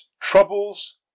troubles